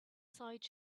side